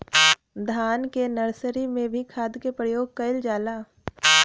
धान के नर्सरी में भी खाद के प्रयोग कइल जाला?